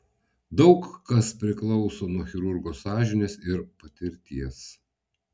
daug kas priklauso nuo chirurgo sąžinės ir patirties